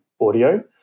audio